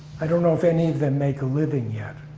i don't know if any of them make a living yet.